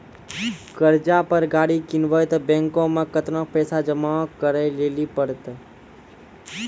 कर्जा पर गाड़ी किनबै तऽ बैंक मे केतना पैसा जमा करे लेली पड़त?